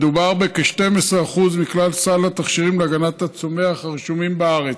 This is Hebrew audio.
מדובר בכ-12% מכלל סל התכשירים להגנת הצומח הרשומים בארץ.